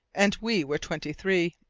and we were twenty-three!